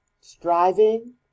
striving